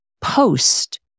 post